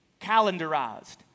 Calendarized